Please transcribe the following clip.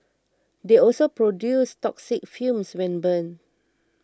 they also produce toxic fumes when burned